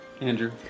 Andrew